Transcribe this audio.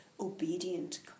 obedient